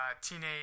teenage